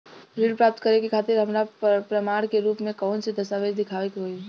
ऋण प्राप्त करे के खातिर हमरा प्रमाण के रूप में कउन से दस्तावेज़ दिखावे के होइ?